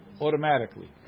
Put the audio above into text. automatically